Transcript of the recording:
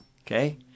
Okay